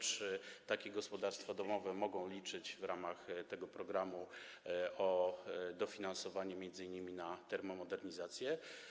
Czy takie gospodarstwa domowe mogą liczyć w ramach tego programu na dofinansowanie m.in. termomodernizacji?